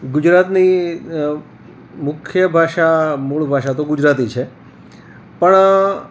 ગુજરાતની મુખ્ય ભાષા મૂળ ભાષા તો ગુજરાતી છે પણ